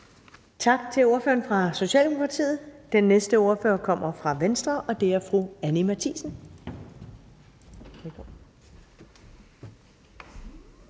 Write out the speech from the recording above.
Tak til ordføreren fra Socialdemokratiet. Den næste ordfører kommer fra Venstre, og det er fru Anni Matthiesen.